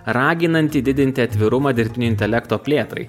raginantį didinti atvirumą dirbtinio intelekto plėtrai